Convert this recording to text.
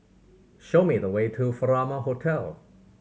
show me the way to Furama Hotel